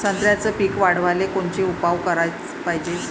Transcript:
संत्र्याचं पीक वाढवाले कोनचे उपाव कराच पायजे?